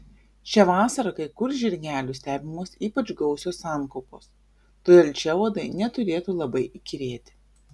šią vasarą kai kur žirgelių stebimos ypač gausios sankaupos todėl čia uodai neturėtų labai įkyrėti